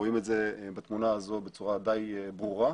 רואים את זה בתמונה הזו בצורה די ברורה.